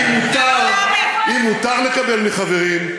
ואם מותר לקבל מחברים,